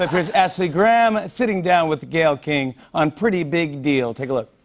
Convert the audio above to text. like here's ashley graham sitting down with gayle king on pretty big deal. take a look.